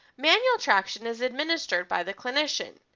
manual attraction is administered by the clinician.